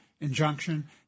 injunction